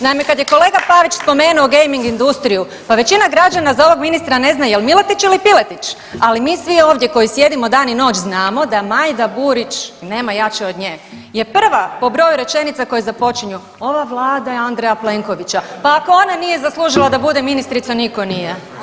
Naime, kad je kolega Pavić spomenuo gaming industriju, pa većina građana za ovog ministra ne zna je li Miletić ili Piletić, ali mi svi ovdje koji sjedimo dan i noć znamo da Majda Burić nema jače od nje, jer prva po broju rečenica koje započinje ova Vlada je Andreja Plenkovića, pa ako ona nije zaslužila da bude ministrica nitko nije.